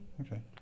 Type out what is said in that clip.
Okay